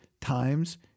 times